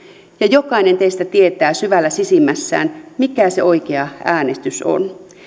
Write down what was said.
ja jokainen teistä tietää syvällä sisimmässään mikä se oikea äänestys on